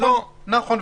נכון.